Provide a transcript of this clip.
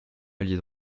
ailier